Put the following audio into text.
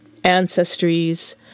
ancestries